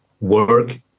work